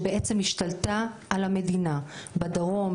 שבעצם השתלטה על המדינה בדרום,